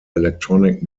electronic